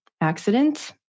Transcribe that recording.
accident